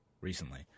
recently